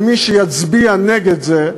למי שיצביע נגד זה,